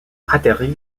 atterri